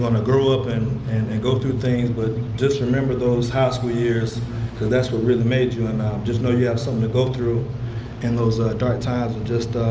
grow up and and and go through things, but just remember those high school years, because that's what really made you, and just know you have something to go through in those dark times, and just